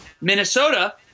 Minnesota